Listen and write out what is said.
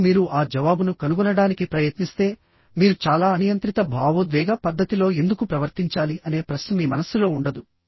మరియు మీరు ఆ జవాబును కనుగొనడానికి ప్రయత్నిస్తే మీరు చాలా అనియంత్రిత భావోద్వేగ పద్ధతిలో ఎందుకు ప్రవర్తించాలి అనే ప్రశ్న మీ మనస్సులో ఉండదు